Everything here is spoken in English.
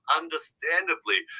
understandably